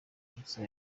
gusa